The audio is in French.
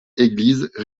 église